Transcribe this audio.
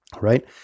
right